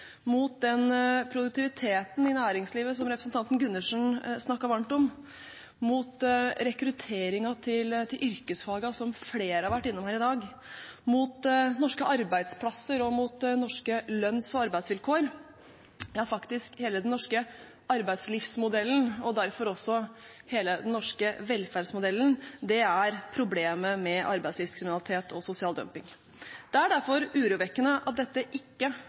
mot den produktiviteten i næringslivet som representanten Gundersen snakket varmt om, mot rekrutteringen til yrkesfagene, som flere har vært innom i dag, mot norske arbeidsplasser og mot norske lønns- og arbeidsvilkår – ja, faktisk hele den norske arbeidslivsmodellen og derfor også hele den norske velferdsmodellen – er problemet med arbeidslivskriminalitet og sosial dumping. Det er derfor urovekkende at dette ikke